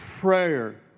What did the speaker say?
prayer